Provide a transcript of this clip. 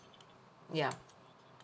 yeah